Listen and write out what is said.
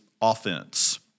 offense